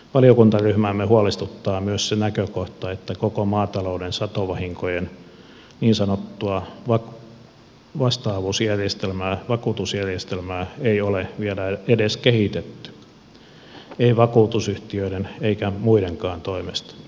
valiokuntaryhmäämme huolestuttaa myös se näkökohta että koko maatalouden satovahinkojen niin sanottua vastaavuusjärjestelmää vakuutusjärjestelmää ei ole vielä edes kehitetty ei vakuutusyhtiöiden eikä muidenkaan toimesta